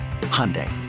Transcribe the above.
Hyundai